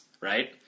right